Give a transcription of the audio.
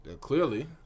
Clearly